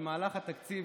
במהלך התקציב,